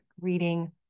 reading